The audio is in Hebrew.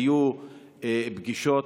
היו פגישות,